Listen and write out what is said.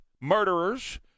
murderers